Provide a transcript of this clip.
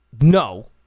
No